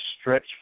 stretch